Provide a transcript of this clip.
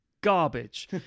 garbage